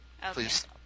Please